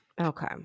Okay